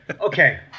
okay